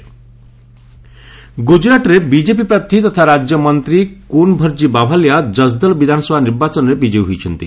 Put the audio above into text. Jasdan bypoll ଗୁଜରାଟରେ BJP ପ୍ରାର୍ଥୀ ତଥା ରାଜ୍ୟ ମନ୍ତ୍ରୀ କୁନ୍ ଭର୍ଜି ବାଭାଲିଆ ଜସ୍ଦଲ୍ ବିଧାନସଭା ଉପନିର୍ବାଚନରେ ବିଜୟୀ ହୋଇଛନ୍ତି